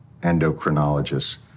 endocrinologists